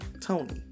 Tony